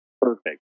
perfect